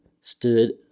stood